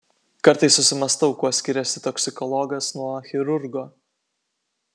kartais susimąstau kuo skiriasi toksikologas nuo chirurgo